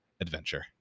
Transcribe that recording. adventure